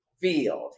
field